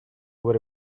over